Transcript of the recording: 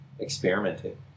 Experimenting